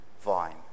vine